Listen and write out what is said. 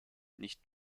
nicht